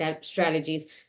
strategies